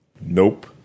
Nope